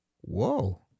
Whoa